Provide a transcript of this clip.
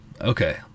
Okay